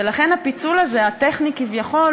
ולכן, כבר מהפיצול הזה, הטכני כביכול,